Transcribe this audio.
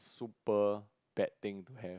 super bad thing to have